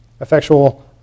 Effectual